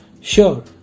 Sure